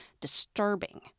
disturbing